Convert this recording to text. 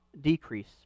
decrease